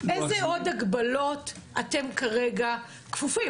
לאיזה עוד הגבלות אתם כרגע כפופים?